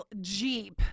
Jeep